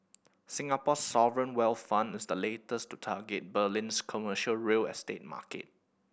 Singapore's sovereign wealth fund is the latest to target Berlin's commercial real estate market